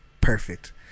perfect